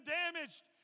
damaged